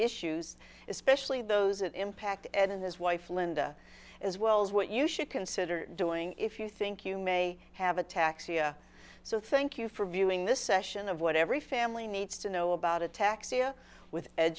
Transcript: issues especially those that impact and his wife linda as well as what you should consider doing if you think you may have a tax so thank you for viewing this session of what every family needs to know about attack syria with